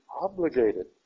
obligated